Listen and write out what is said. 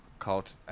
called